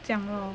这样咯